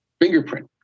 fingerprint